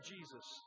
Jesus